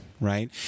Right